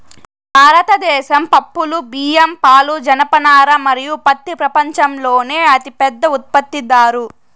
భారతదేశం పప్పులు, బియ్యం, పాలు, జనపనార మరియు పత్తి ప్రపంచంలోనే అతిపెద్ద ఉత్పత్తిదారు